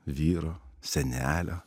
vyro senelio